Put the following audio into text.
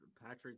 Patrick